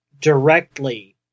directly